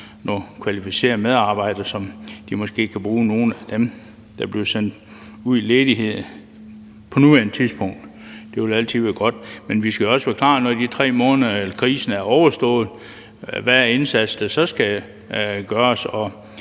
kvalificerede medarbejdere, og de kan måske bruge nogle af dem, der bliver sendt ud i ledighed på nuværende tidspunkt. Det vil altid være godt. Men vi skal også være klar, når de 3 måneder eller krisen er overstået, til at se, hvilken indsats der så skal gøres.